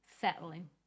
settling